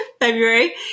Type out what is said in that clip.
February